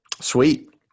Sweet